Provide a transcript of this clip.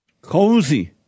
cozy